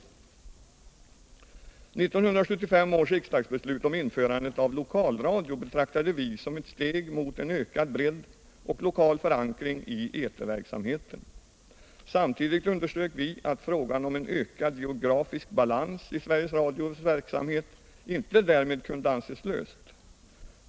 1975 års riksdagsbeslut om införandet av lokalradio betraktade vi som ett steg mot en ökad bredd och en ökad lokal förankring i eterverksamheten. Samtidigt underströk vi att frågan om en ökad geografisk balans i Sveriges Radios verksamhet inte därmed kunde anses löst.